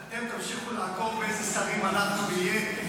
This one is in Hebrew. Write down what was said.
אתם תמשיכו לעקוב איזה שרים אנחנו נהיה,